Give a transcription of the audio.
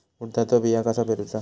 उडदाचा बिया कसा पेरूचा?